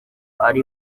ari